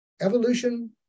Evolution